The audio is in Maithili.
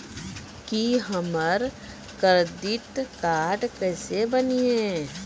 की हमर करदीद कार्ड केसे बनिये?